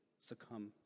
succumb